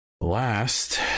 Last